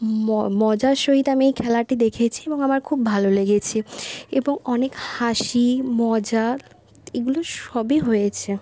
মজার সহিত আমি এই খেলাটি দেখেছি এবং আমার খুব ভালো লেগেছে এবং অনেক হাসি মজা এগুলো সবই হয়েছে